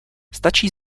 stačí